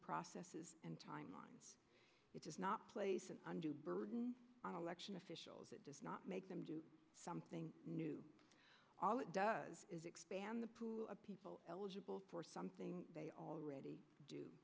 processes and timelines it does not place an undue burden on election officials it does not make them do something new all it does is expand the pool of people eligible for something they already